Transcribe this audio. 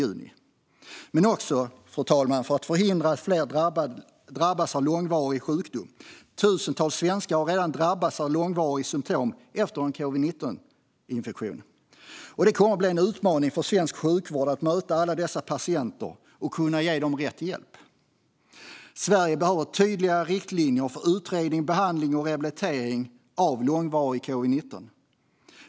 Men det handlar också, fru talman, om att förhindra att fler drabbas av långvarig sjukdom. Tusentals svenskar har redan drabbats av långvariga symtom efter en covid-19-infektion, och det kommer att bli en utmaning för svensk sjukvård att möta alla dessa patienter och att ge dem rätt hjälp. Sverige behöver tydliga riktlinjer för utredning, behandling och rehabilitering vid långvarig covid-19.